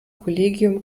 kollegium